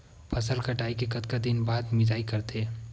फसल कटाई के कतका दिन बाद मिजाई करथे?